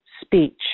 speech